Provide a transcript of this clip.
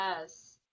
Yes